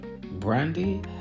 brandy